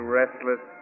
restless